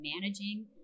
managing